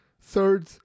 Third